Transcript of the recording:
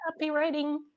copywriting